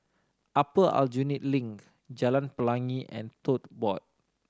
Upper Aljunied Link Jalan Pelangi and Tote Board